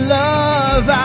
love